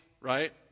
right